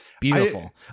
beautiful